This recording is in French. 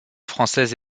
française